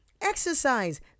exercise